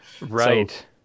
Right